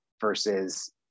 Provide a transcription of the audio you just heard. versus